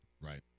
Right